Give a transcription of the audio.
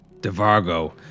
DeVargo